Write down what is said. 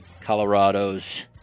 Colorado's